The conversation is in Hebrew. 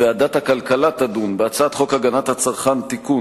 ועדת הכלכלה תדון בהצעת חוק הגנת הצרכן (תיקון,